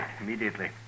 immediately